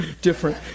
Different